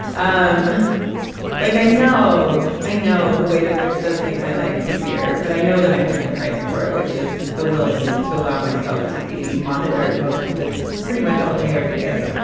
um like, i know i know the ways in which it does make my life easier. but i know that i'm paying a price for it, which is the willingness to allow myself to be monitored most of the pretty much all day every day